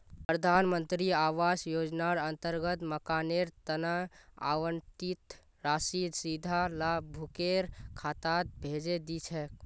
प्रधान मंत्री आवास योजनार अंतर्गत मकानेर तना आवंटित राशि सीधा लाभुकेर खातात भेजे दी छेक